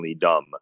dumb